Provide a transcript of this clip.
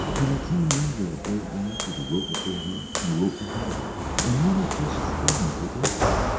and i came there where a boat was with a rope before her, and a rope behind her, and many precious things within her.